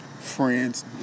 friends